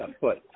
foot